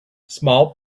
small